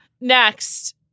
Next